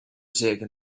taken